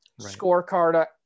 scorecard